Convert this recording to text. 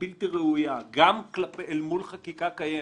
בלתי-ראויה גם אל מול חקיקה קיימת.